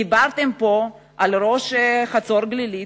דיברתם פה על ראש מועצת חצור-הגלילית.